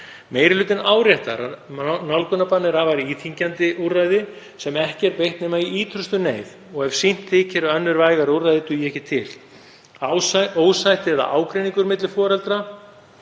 Meiri hlutinn áréttar að nálgunarbann er afar íþyngjandi úrræði sem ekki er beitt nema í ýtrustu neyð og ef sýnt þykir að önnur og vægari úrræði dugi ekki til. Ósætti eða ágreiningur milli foreldra